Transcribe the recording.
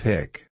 Pick